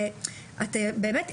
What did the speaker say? ובאמת,